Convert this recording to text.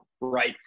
right